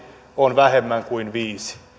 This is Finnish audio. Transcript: on vähemmän kuin viisi